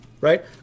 right